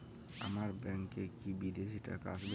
আমার ব্যংকে কি বিদেশি টাকা আসবে?